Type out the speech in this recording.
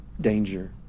danger